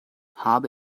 habe